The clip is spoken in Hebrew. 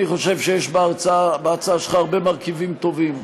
אני חושב שיש בהצעה שלך הרבה מרכיבים טובים.